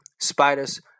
spiders